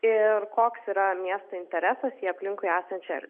ir koks yra miesto interesas į aplinkui esančią er